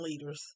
leaders